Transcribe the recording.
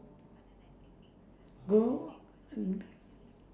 go um